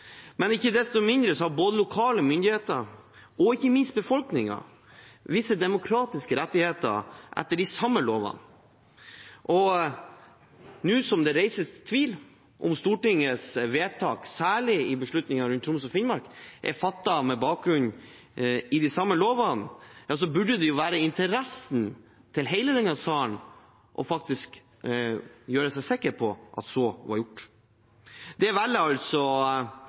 Ikke desto mindre har både lokale myndigheter og ikke minst befolkningen visse demokratiske rettigheter etter de samme lovene. Nå som det reises tvil om hvorvidt Stortingets vedtak, særlig beslutningen om Troms og Finnmark, er fattet med bakgrunn i de samme lovene, burde det være i interessen til hele denne sal å være sikker på at så var gjort. Det